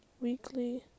weekly